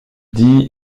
dit